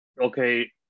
Okay